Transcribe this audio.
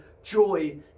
joy